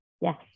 yes